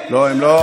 הוא משקר.